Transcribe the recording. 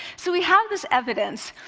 so we have this evidence,